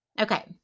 Okay